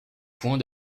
points